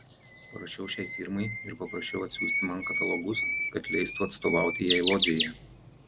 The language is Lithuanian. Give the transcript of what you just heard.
parašiau šiai firmai ir paprašiau atsiųsti man katalogus kad leistų atstovauti jai lodzėje